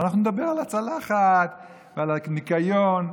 שאנחנו נדבר על הצלחת ועל הניקיון.